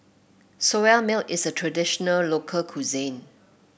Soya Milk is a traditional local cuisine